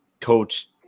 coach